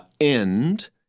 end